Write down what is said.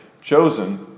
chosen